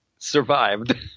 survived